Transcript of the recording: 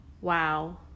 Wow